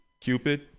Cupid